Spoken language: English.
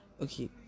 okay